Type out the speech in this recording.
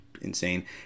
insane